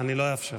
אני לא אאפשר.